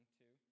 two